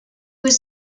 was